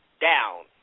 down